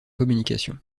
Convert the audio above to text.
communication